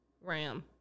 Ram